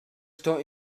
sto